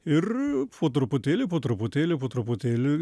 ir po truputėlį po truputėlį po truputėlį